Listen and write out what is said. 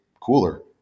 cooler